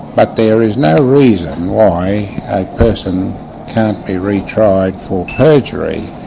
but there is no reason why a person can't be re-tried for perjury,